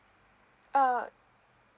err